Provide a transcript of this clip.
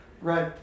Right